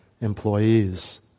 employees